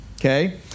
Okay